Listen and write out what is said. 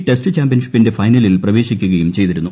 test ചാമ്പ്യൻഷിപ്പിന്റെ ഫൈനലിൽ പ്രവേശിക്കുകയും ചെയ്തിരുന്നു